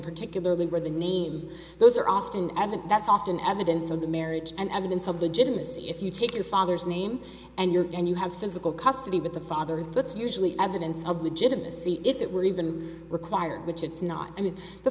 particularly where the name those are often absent that's often evidence of the marriage and evidence of the genesee if you take your father's name and your and you have physical custody with the father that's usually evidence of legitimacy if it were even required which it's not i mean the